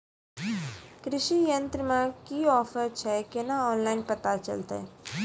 कृषि यंत्र मे की ऑफर छै केना ऑनलाइन पता चलतै?